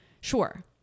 Sure